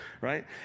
right